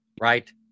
right